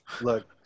Look